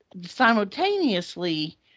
simultaneously